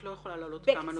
את לא יכולה להעלות כמה נקודות.